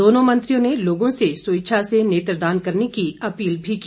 दोनों मंत्रियों ने लोगों से स्वेच्छा से नेत्रदान करने की अपील भी की